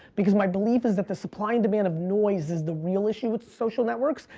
because my belief is that the supply and demand of noise is the real issue with social networks.